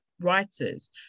writers